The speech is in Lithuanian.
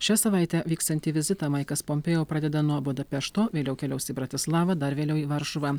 šią savaitę vyksiantį vizitą maikas pompėo pradeda nuo budapešto vėliau keliaus į bratislavą dar vėliau į varšuvą